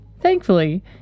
Thankfully